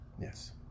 Yes